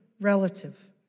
relative